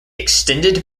extended